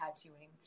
tattooing